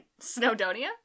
Snowdonia